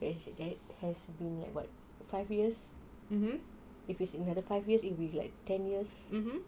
it has been like what five years and if it's another five years it will be like ten years